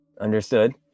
Understood